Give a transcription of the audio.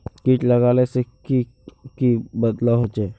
किट लगाले से की की बदलाव होचए?